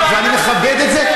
ואני מכבד את זה,